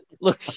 look